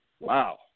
Wow